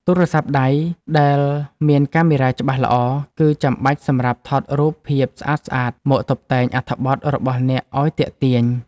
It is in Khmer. ទូរស័ព្ទដៃដែលមានកាមេរ៉ាច្បាស់ល្អ គឺចាំបាច់សម្រាប់ថតរូបភាពស្អាតៗមកតុបតែងអត្ថបទរបស់អ្នកឱ្យទាក់ទាញ។